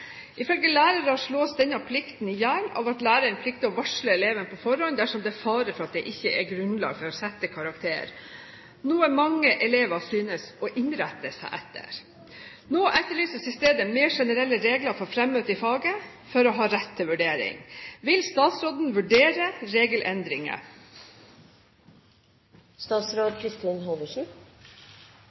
Ifølge lærere slås denne plikten i hjel av at læreren plikter å varsle eleven på forhånd dersom det er fare for at det ikke er grunnlag for å sette karakter, noe mange elever synes å innrette seg etter. Nå etterlyses i stedet mer generelle regler for fremmøte i faget for å ha rett til vurdering. Vil statsråden vurdere